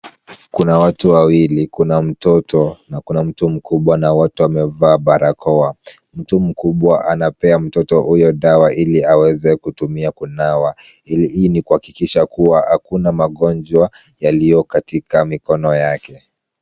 Kuna watu wawili, kuna mtoto na kuna mtu mkubwa na wote wamevaa barakoa. Mtu mkubwa anapea mtoto huyo dawa ili aweze kutumia kunawa. Hii ni kuhakikisha kuwa hakuna magonjwa yaliyo katika mikono yake.